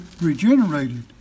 regenerated